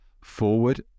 Forward